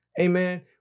Amen